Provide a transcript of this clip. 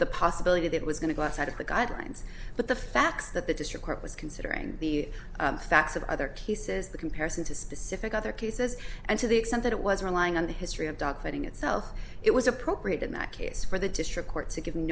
the possibility that was going to go outside of the guidelines but the fact that the district court was considering the facts of other cases the comparison to specific other cases and to the extent that it was relying on the history of doctoring itself it was appropriate in that case for the district court to give